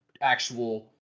Actual